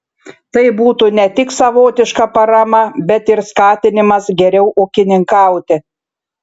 tai būtų ne tik savotiška parama bet ir skatinimas geriau ūkininkauti